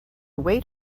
wait